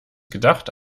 gedacht